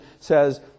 says